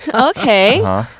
Okay